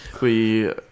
we-